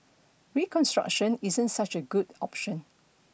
reconstruction isn't such a good option